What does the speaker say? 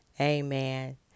Amen